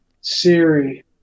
Siri